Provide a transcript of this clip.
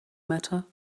matter